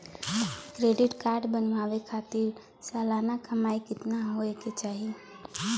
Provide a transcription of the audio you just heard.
Credit card बनवावे खातिर सालाना कमाई कितना होए के चाही?